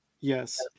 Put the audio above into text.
Yes